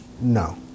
no